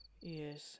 Yes